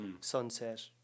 Sunset